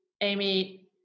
Amy